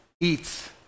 eats